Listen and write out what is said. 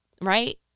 Right